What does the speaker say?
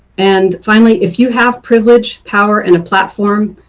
and finally, if you have privilege, power and a platform,